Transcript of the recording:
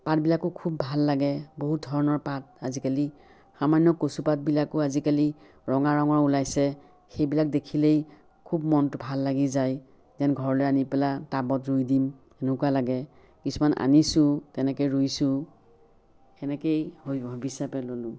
পাতবিলাকো খুব ভাল লাগে বহুত ধৰণৰ পাত আজিকালি সামান্য় কচুপাতবিলাকো আজিকালি ৰঙা ৰঙৰ ওলাইছে সেইবিলাক দেখিলেই খুব মনটো ভাল লাগি যায় যেন ঘৰলৈ আনি পেলাই টাবত ৰুই দিম এনেকুৱা লাগে কিছুমান আনিছোঁও তেনেকৈ ৰুইছোঁওদ হেনেকেই হবী হিচাপে ল'লোঁ